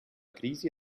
crisi